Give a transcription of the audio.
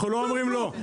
אנחנו לא אומרים לא.